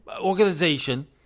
Organization